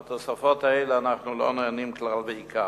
מהתוספות האלה אנחנו לא נהנים כלל ועיקר.